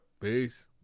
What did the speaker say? Peace